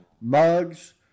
mugs